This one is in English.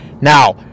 Now